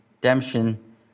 redemption